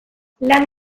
lan